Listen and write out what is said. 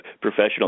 professional